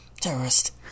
terrorist